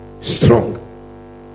strong